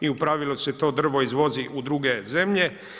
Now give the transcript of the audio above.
I u pravilu se to drvo izvozi u druge zemlje.